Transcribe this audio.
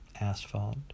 asphalt